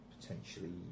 potentially